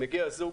מגיע זוג,